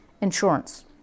Insurance